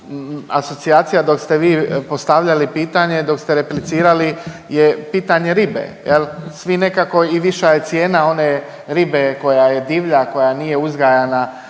Asocijacija dok ste vi postavljali pitanje dok ste replicirali je pitanje ribe jel, svi nekako i viša je cijena one ribe koja je divlja, koja nije uzgajana